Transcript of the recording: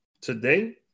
today